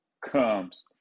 comes